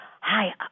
hi